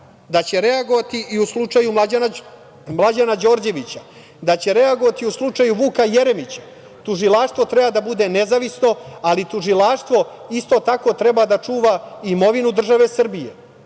da će reagovati i u slučaju Mlađana Đorđevića, da će reagovati u slučaju Vuka Jeremića. Tužilaštvo treba da bude nezavisno, ali Tužilaštvo isto tako treba da čuva imovinu države Srbije.